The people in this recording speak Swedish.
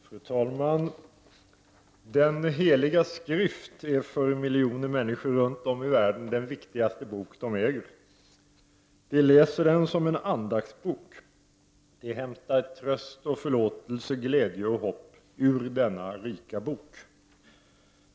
Fru talman! Den heliga skrift är för miljoner människor runt om i världen den viktigaste bok de äger. De läser den som en andaktsbok och de hämtar tröst och förlåtelse, glädje och hopp ur denna rika bok.